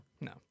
No